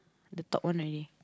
the top one already